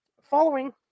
following